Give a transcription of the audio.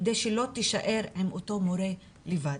כדי שלא תישאר עם אותו מורה לבד.